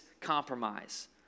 compromise